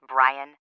Brian